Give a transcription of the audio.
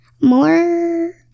more